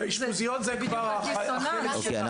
אשפוזיות זה כבר החלק --- אוקיי,